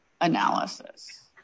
analysis